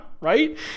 right